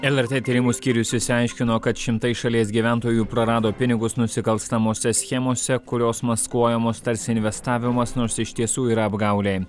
lrt tyrimų skyrius išsiaiškino kad šimtai šalies gyventojų prarado pinigus nusikalstamose schemose kurios maskuojamos tarsi investavimas nors iš tiesų yra apgaulė